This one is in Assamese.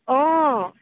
অঁ